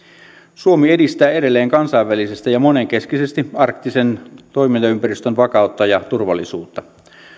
suomi edistää edelleen kansainvälisesti ja monenkeskisesti arktisen toimintaympäristön vakautta ja turvallisuutta